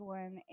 one